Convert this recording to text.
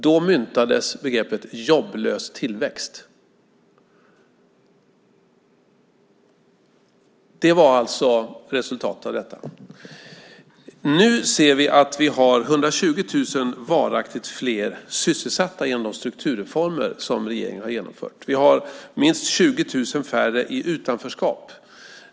Då myntades begreppet jobblös tillväxt. Det var resultatet av detta. Nu ser vi att vi har 120 000 fler varaktigt sysselsatta genom de strukturreformer som regeringen har genomfört. Vi har minst 20 000 färre i utanförskap.